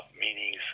meanings